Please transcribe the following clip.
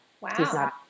Wow